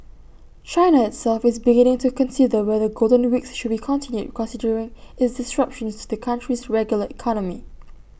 China itself is beginning to consider whether golden weeks should be continued considering its disruptions to the country's regular economy